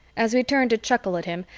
as we turned to chuckle at him,